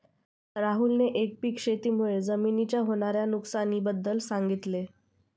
राहुलने एकपीक शेती मुळे जमिनीच्या होणार्या नुकसानी बद्दल सांगितले